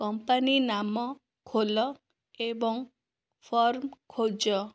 company ନାମ ଖୋଲ ଏବଂ ଫର୍ମ ଖୋଜ